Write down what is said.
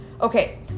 Okay